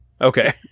Okay